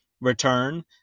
return